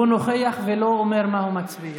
הוא נוכח ולא אומר מה הוא מצביע.